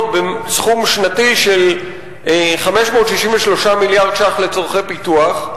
סכום שנתי של 563 מיליון שקלים לצורכי פיתוח,